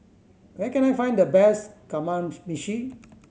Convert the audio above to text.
where can I find the best Kamameshi